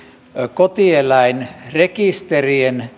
kotieläinrekisterien